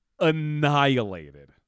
Annihilated